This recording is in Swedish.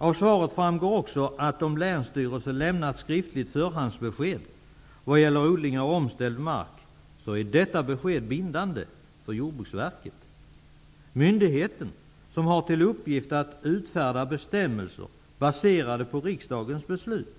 Av svaret framgår också att skriftliga förhandsbesked som länsstyrelserna har lämnat vad gäller odling av omställd mark är bindande för Den myndighet som har till uppgift att utfärda bestämmelser baserade på riksdagens beslut